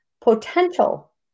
potential